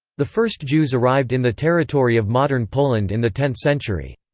the first jews arrived in the territory of modern poland in the tenth century.